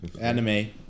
Anime